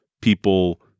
people